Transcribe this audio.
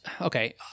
okay